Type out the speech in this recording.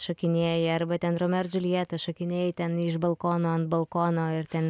šokinėji arba ten romeo ir džiuljeta šokinėji ten iš balkono ant balkono ir ten